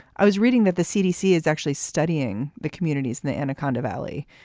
i was reading that the cdc is actually studying the communities, and the anaconda valley.